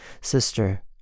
Sister